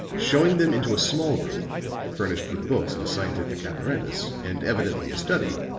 showing them into a small room furnished with books and scientific apparatus and evidently a study,